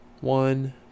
one